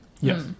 Yes